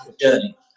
journey